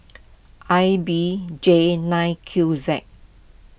I B J nine Q Z